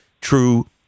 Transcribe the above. true